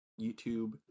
YouTube